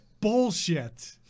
bullshit